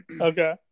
okay